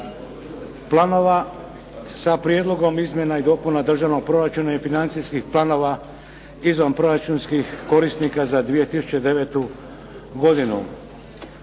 planova sa Prijedlogom izmjena i dopuna Državnog proračuna i financijskih planova izvanproračunskih korisnika za 2009. godinu.